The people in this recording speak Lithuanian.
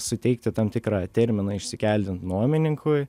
suteikti tam tikrą terminą išsikeldint nuomininkui